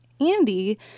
Andy